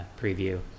preview